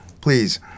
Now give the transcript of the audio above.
please